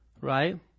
Right